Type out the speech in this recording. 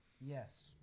yes